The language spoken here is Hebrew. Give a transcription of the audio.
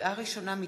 לקריאה ראשונה,